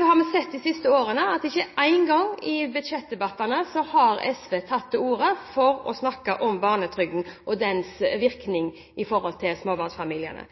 har vi sett de siste årene at ikke én gang i budsjettdebattene har SV tatt til orde for å snakke om barnetrygden og dens virkning i forhold til småbarnsfamiliene.